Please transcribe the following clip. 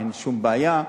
אין שום בעיה.